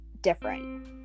different